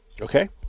Okay